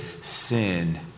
sin